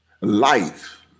life